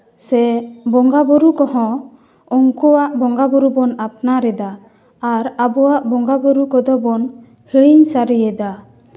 ᱥᱮ ᱵᱚᱸᱜᱟᱼᱵᱩᱨᱩ ᱠᱚᱦᱚᱸ ᱩᱱᱠᱩᱣᱟᱜ ᱵᱚᱸᱜᱟᱼᱵᱩᱨᱩ ᱵᱚᱱ ᱟᱯᱱᱟᱨᱮᱫᱟ ᱟᱨ ᱟᱵᱚᱣᱟᱜ ᱵᱚᱸᱜᱟᱼᱵᱩᱨᱩ ᱠᱚᱫᱚ ᱵᱚᱱ ᱦᱤᱲᱤᱧ ᱥᱟᱹᱨᱤᱭᱮᱫᱟ